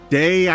day